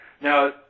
Now